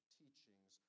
teachings